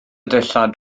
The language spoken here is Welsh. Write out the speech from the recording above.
dillad